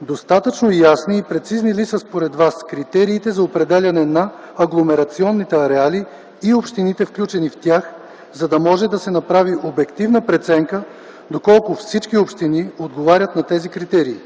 достатъчно ясни и прецизни ли са според Вас критериите за определяне на агломерационните ареали и общините, включени в тях, за да може да се направи обективна преценка доколко всички общини отговарят на тези критерии?